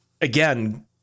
again